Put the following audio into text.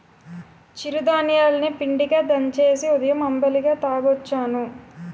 చిరు ధాన్యాలు ని పిండిగా దంచేసి ఉదయం అంబలిగా తాగొచ్చును